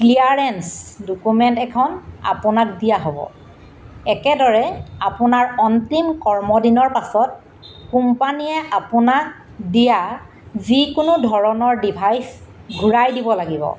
clearance document এখন আপোনাক দিয়া হ'ব একেদৰে আপোনাৰ অন্তিম কৰ্ম দিনৰ পাছত কোম্পানীয়ে আপোনাক দিয়া যিকোনো ধৰণৰ ডিভাইছ ঘূৰাই দিব লাগিব